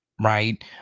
right